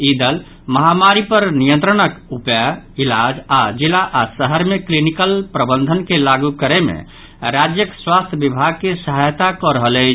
ई दल महामारी पर नियंत्रणक उपाय इलाज आओर जिला आ शहर मे क्लिनिकल प्रबंधन के लागू करय मे राज्यक स्वास्थ्य विभाग के सहायता कऽ रहल अछि